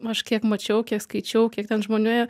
aš kiek mačiau kiek skaičiau kiek ten žmonių ėjo